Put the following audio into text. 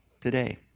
today